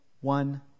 one